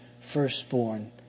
firstborn